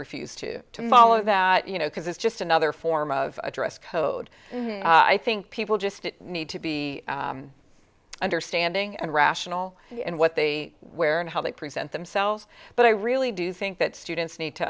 refuse to tamala that you know because it's just another form of dress code i think people just need to be understanding and rational and what they wear and how they present themselves but i really do think that students need to